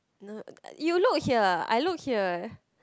no uh you look here I look here